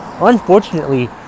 unfortunately